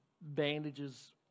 bandages